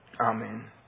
Amen